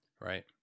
Right